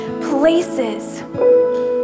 places